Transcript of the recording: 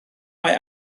mae